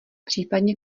případně